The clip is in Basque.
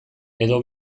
edo